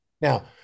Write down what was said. Now